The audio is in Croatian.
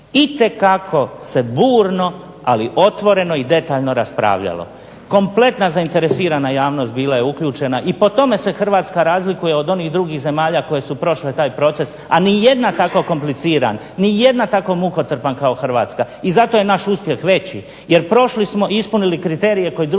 itekako se burno ali otvoreno i detaljno raspravljalo. Kompletna zainteresirana javnost bila je uključena i po tome se Hrvatska razlikuje od onih drugih zemalja koje su prošle taj proces a ni jedna tako kompliciran i ni jedna tako mukotrpan kao Hrvatska i zato je naš uspjeh veći, jer prošli smo i ispunili kriterije koje drugi nisu